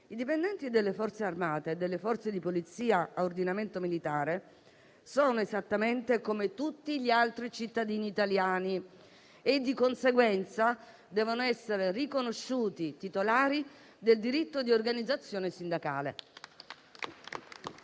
i dipendenti delle Forze armate e delle Forze di polizia a ordinamento militare sono esattamente come tutti gli altri cittadini italiani e, di conseguenza, devono essere riconosciuti titolari del diritto di organizzazione sindacale.